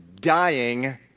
dying